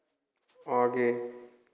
आगे